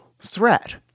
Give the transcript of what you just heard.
threat